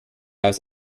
aus